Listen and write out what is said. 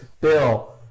bill